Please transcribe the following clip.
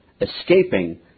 escaping